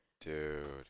Dude